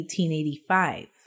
1885